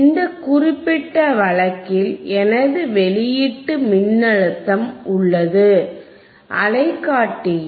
இந்த குறிப்பிட்ட வழக்கில் எனது வெளியீட்டு மின்னழுத்தம் உள்ளது அலை காட்டியில்